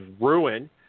ruin